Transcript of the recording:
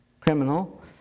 criminal